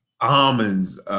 almonds